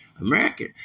American